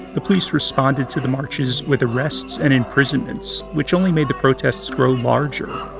the police responded to the marches with arrests and imprisonments, which only made the protests grow larger.